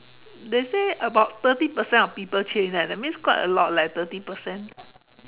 they say about thirty percent of people change leh that's means quite a lot leh thirty percent